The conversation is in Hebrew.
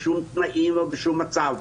בשום תנאים או בשום מצב.